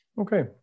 okay